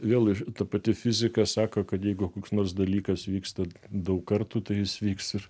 vėl ta pati fizika sako kad jeigu koks nors dalykas vyksta daug kartų tai jis vyks ir